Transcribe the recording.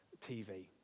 TV